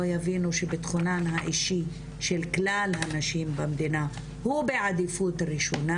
יבינו שביטחונן האישי של כלל הנשים במדינה הוא בעדיפות ראשונה,